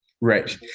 Right